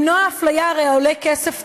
למנוע אפליה הרי עולה כסף תמיד,